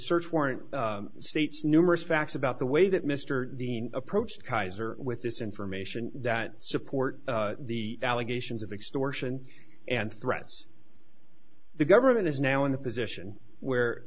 search warrant states numerous facts about the way that mr dean approached kaiser with this information that support the allegations of extortion and threats the government is now in the position where